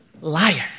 liar